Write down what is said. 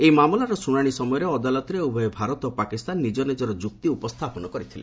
ଏହି ମାମଲାର ଶୁଣାଶି ସମୟରେ ଅଦାଲତରେ ଉଭୟ ଭାରତ ପାକିସ୍ତାନ ନିଜ ନିଜର ଯୁକ୍ତି ଉପସ୍ଥାପନ କରିଥିଲେ